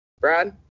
Brad